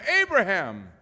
Abraham